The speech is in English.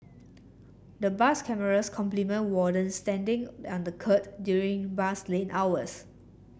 the bus cameras complement wardens standing on the kerb during bus lane hours